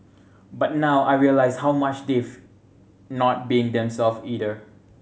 but now I realise how much they've not being themselves either